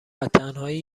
ازتنهایی